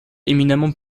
éminemment